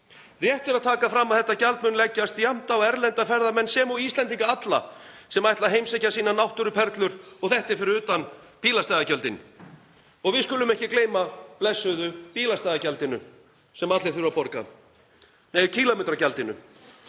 Rétt er að taka fram að þetta gjald mun leggjast jafnt á erlenda ferðamenn sem og Íslendinga alla sem ætla að heimsækja sínar náttúruperlur, og þetta er fyrir utan bílastæðagjöldin. Svo skulum við ekki gleyma blessuðu kílómetragjaldinu sem allir þurfa að borga. Heimilin